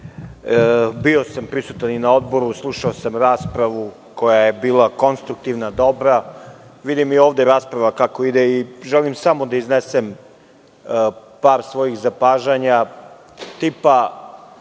Bio sam prisutan i na Odboru i slušao sam raspravu koja je bila konstruktivna i dobra. Vidim i ovde kako ide rasprava i želim samo da iznesem par svojih zapažanja. Ne